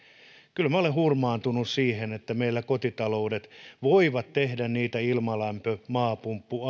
kyllä minä olen hurmaantunut siihen että meillä kotitaloudet voivat tehdä ilmalämpö maapumppu